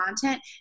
content